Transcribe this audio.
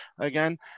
again